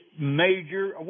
major